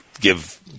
give